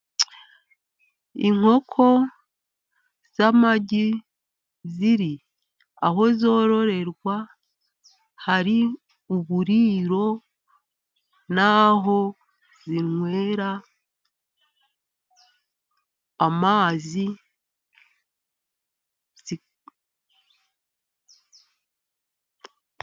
Inkoko z'amagi ziri aho zororerwa, hari uburiro n'aho zinywera amazi.